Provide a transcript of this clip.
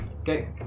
Okay